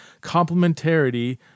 complementarity